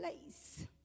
place